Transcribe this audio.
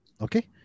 okay